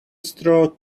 straw